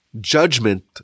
judgment